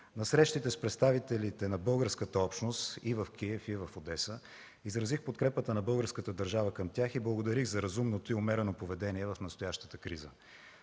На срещите с представителите на българската общност и в Киев, и в Одеса изразих подкрепата на българската държава към тях и благодарих за разумното и умерено поведение в настоящата криза.